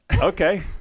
Okay